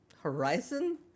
horizon